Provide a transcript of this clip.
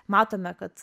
matome kad